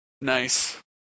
Nice